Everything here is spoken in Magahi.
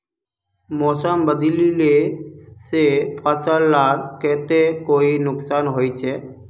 मौसम बदलिले से फसल लार केते कोई नुकसान होचए?